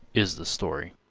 is the story.